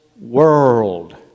world